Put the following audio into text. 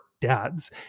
dads